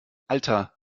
alter